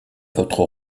votre